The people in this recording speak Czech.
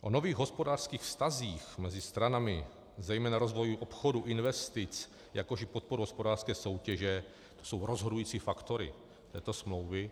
Nové hospodářské vztahy mezi stranami, zejména rozvoj obchodu, investic, jakož i podpora hospodářské soutěže to jsou rozhodující faktory této smlouvy.